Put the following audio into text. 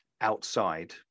outside